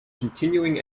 continuing